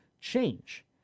change